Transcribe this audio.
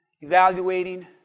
evaluating